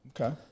Okay